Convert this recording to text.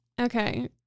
Okay